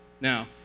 Now